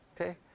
okay